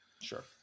Sure